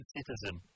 Citizen